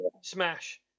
Smash